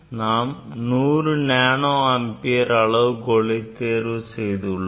நாம் 100 nano ampere அளவுகோலை தேர்வு செய்துள்ளோம்